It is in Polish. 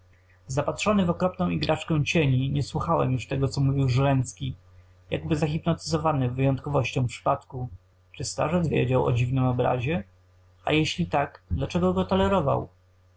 zapatrzony w okropną igraszkę cieni nie słuchałem już tego co mówił żręcki jakby zahypnotyzowany wyjątkowością przypadku czy starzec wiedział o dziwnym obrazie a jeśli tak dlaczego go tolerował